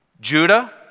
Judah